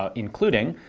ah including